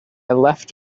left